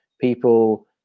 people